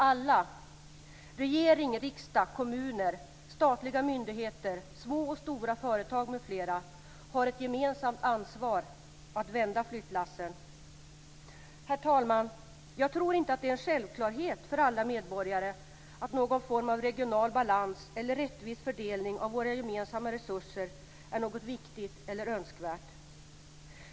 Alla, regering, riksdag, kommuner, statliga myndigheter, små och stora företag m.fl., har ett gemensamt ansvar att vända flyttlassen. Herr talman! Jag tror inte att det är en självklarhet för alla medborgare att någon form av regional balans eller rättvis fördelning av våra gemensamma resurser är något viktigt eller önskvärt.